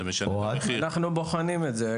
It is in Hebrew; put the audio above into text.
אנחנו בוחנים את זה.